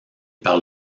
par